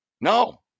No